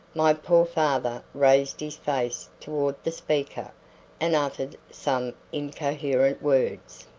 my poor father raised his face toward the speaker and uttered some incoherent words.